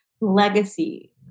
legacy